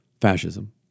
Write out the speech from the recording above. fascism